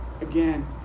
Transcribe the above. again